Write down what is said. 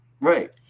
right